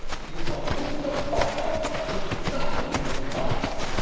do you believe the bible or do you not believe the bible?